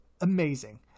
amazing